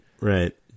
Right